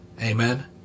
Amen